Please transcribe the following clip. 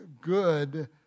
good